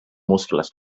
muscles